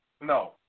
No